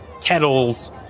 kettles